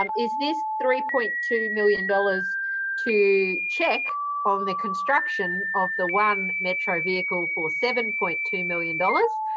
um is this three point two million dollars to check on the construction of the one metro vehicle for seven point two million dollars,